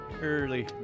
early